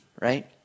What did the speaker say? right